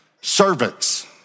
servants